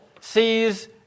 sees